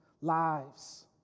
lives